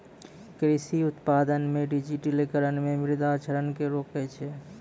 कृषि उत्पादन मे डिजिटिकरण मे मृदा क्षरण के रोकै छै